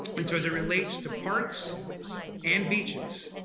and so as it relates to parks and beaches